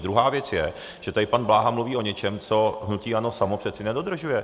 Druhá věc je, že tady pan Bláha mluví o něčem, co hnutí ANO samo přeci nedodržuje.